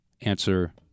answer